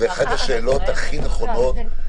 זאת אחת השאלות הכי נכונות.